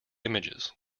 images